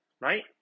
right